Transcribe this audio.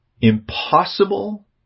Impossible